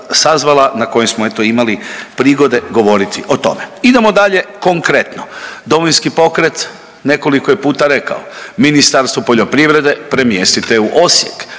sazvala na kojem smo eto imali prigode govoriti o tome. Idemo dalje konkretno, Domovinski pokret nekoliko je puta rekao, Ministarstvo poljoprivrede premjestite u Osijek,